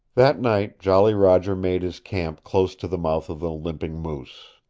that night jolly roger made his camp close to the mouth of the limping moose.